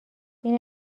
این